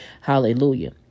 Hallelujah